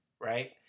right